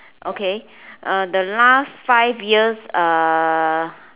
okay uh the last five years uh